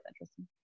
interesting